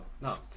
No